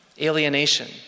alienation